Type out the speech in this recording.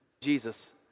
Jesus